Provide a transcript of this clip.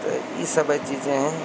तो यह सब चीज़ें हैं